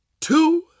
two